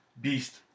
beast